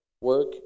work